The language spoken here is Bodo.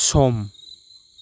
सम